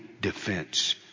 defense